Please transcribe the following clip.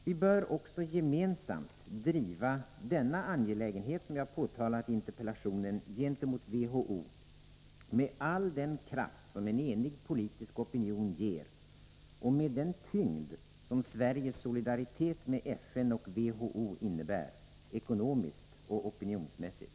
Vi bör också gemensamt driva denna angelägenhet, som jag framhållit i interpellationen, gentemot WHO med all den kraft som en enig politisk opinion ger och med den tyngd som Sveriges solidaritet med FN och WHO innebär — ekonomiskt och opinionsmässigt.